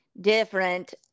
different